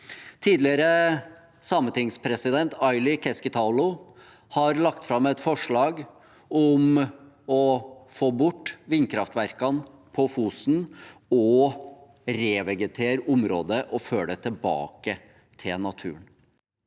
Tidligere sametingspresident Aili Keskitalo har lagt fram et forslag om å få bort vindkraftverkene på Fosen, revegetere området og føre det tilbake til naturen.